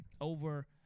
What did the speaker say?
over